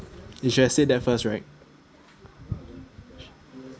you should've said that first right